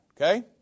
okay